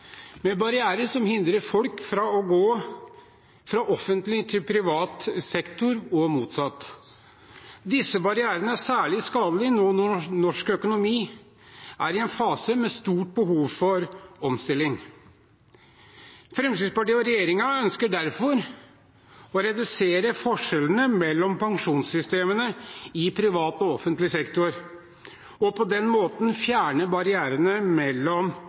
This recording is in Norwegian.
med barrierer som hindrer folk fra å gå fra offentlig til privat sektor og motsatt. Disse barrierene er særlig skadelige nå som norsk økonomi er i en fase med stort behov for omstilling. Fremskrittspartiet og regjeringen ønsker derfor å redusere forskjellene mellom pensjonssystemene i privat og offentlig sektor og på den måten fjerne barrierene mellom